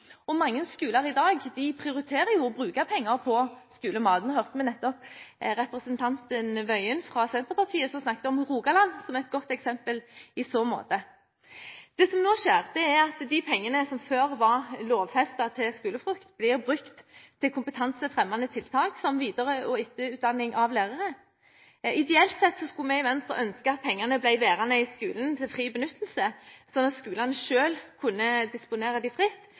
Og mange skoler prioriterer i dag å bruke penger på skolemat. Vi hørte nettopp representanten Tingelstad Wøien fra Senterpartiet som snakket om Rogaland som et godt eksempel i så måte. Det som nå skjer, er at de pengene som før var lovfestet til skolefrukt, blir brukt til kompetansefremmende tiltak, som videre- og etterutdanning av lærere. Ideelt sett skulle vi i Venstre ønske at pengene ble værende i skolen til fri benyttelse, slik at skolene selv kunne disponere dem fritt.